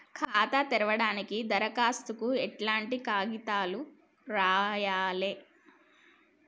ఖాతా తెరవడానికి దరఖాస్తుకు ఎట్లాంటి కాయితాలు రాయాలే?